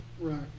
Right